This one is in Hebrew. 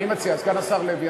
סגן השר לוי,